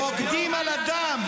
רוקדים על הדם.